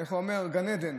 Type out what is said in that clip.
איך הוא אומרים, גן עדן.